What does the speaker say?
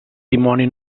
dimoni